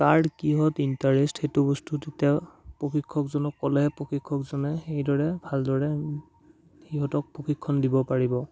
তাৰ কিহত ইণ্টাৰেষ্ট সেই বস্তুটো তেতিয়া প্ৰশিক্ষকজনক ক'লেহে প্ৰশিক্ষকজনে সেইদৰে ভালদৰে সিহঁতক প্ৰশিক্ষণ দিব পাৰিব